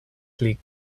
pli